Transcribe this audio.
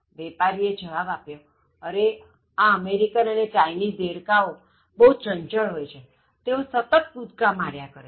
વેપારીએ જવાબ આપ્યો કેઅરેઆ અમેરિકન અને ચાઇનીઝ દેડકાઓ બહુ ચંચળ હોય છે તેઓ સતત કૂદકા માર્યા કરે છે